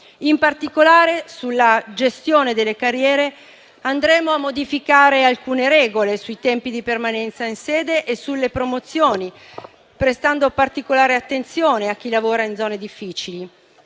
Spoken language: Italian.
In particolare, sulla gestione delle carriere, andremo a modificare alcune regole sui tempi di permanenza in sede e sulle promozioni, prestando particolare attenzione a chi lavora in zone difficili.